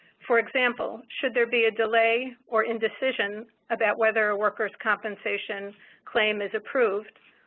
for example, should there be a delay or indecision about whether a workers compensation claim is approved,